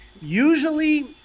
Usually